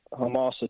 Hamas